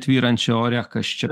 tvyrančią ore kas čia